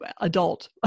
adult